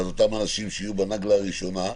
ואז אותם אנשים שיהיו בנגלה הראשונה.